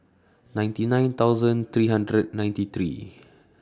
ninety nine thousand three hundred ninety three